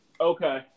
okay